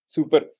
Super